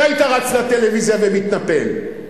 והיית רץ לטלוויזיה ומתנפל.